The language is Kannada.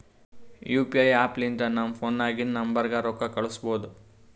ಯು ಪಿ ಐ ಆ್ಯಪ್ ಲಿಂತ ನಮ್ ಫೋನ್ನಾಗಿಂದ ನಂಬರ್ಗ ರೊಕ್ಕಾ ಕಳುಸ್ಬೋದ್